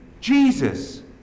Jesus